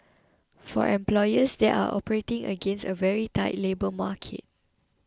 for employers they are operating against a very tight labour market